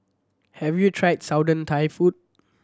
have you tried Southern Thai food